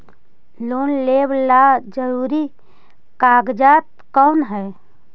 Loan लेब ला जरूरी कागजात कोन है?